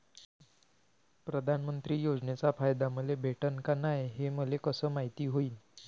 प्रधानमंत्री योजनेचा फायदा मले भेटनं का नाय, हे मले कस मायती होईन?